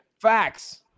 Facts